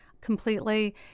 completely